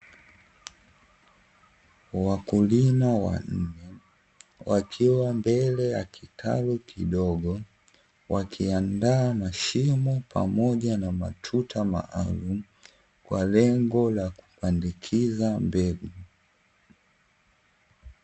Wakulima wanne wakiwa mbele ya kitalu kidogo, wakiandaa mashimo pamoja na matuta maalumu kwa lengo la kupandikiza mbegu.